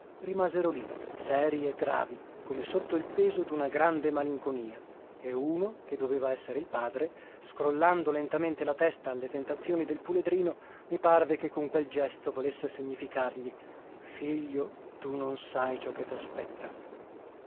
rimasero lì serii e gravi come sotto il peso d'una grande malinconia e uno che doveva essere il padre scrollando lentamente la testa alle tentazioni del puledrino mi parve che con quel gesto volesse significargli figlio tu non sai ciò che t'aspetta